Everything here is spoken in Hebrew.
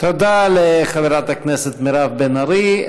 תודה לחברת הכנסת מירב בן ארי.